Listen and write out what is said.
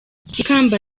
ikamba